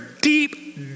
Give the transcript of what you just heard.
deep